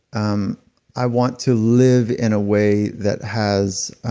um i want to live in a way that has